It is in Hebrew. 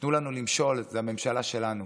תנו לנו למשול בממשלה שלנו.